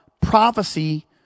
prophecy